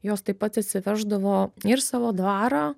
jos taip pat atsiveždavo ir savo dvarą